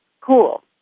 cool